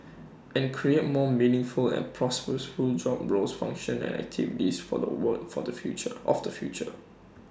and create more meaningful and purposeful job roles function and activities for the work for the future of the future